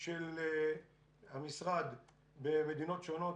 של המשרד במדינות שונות,